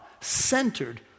centered